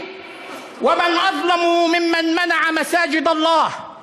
להלן תרגומם: וזה הוא המקום שנֹאמַר בשם אלוהים הרחמן